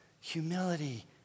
humility